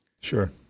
Sure